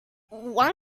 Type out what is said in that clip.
one